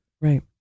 Right